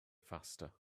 faster